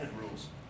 rules